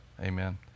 amen